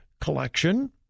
collection